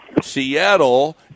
Seattle